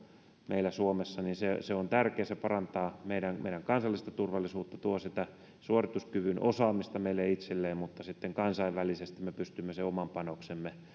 meillä suomessa on tärkeää se parantaa meidän meidän kansallista turvallisuuttamme tuo sitä suorituskyvyn osaamista meille itsellemme ja sitten kansainvälisesti me pystymme oman panoksemme